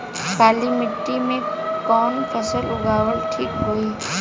काली मिट्टी में कवन फसल उगावल ठीक होई?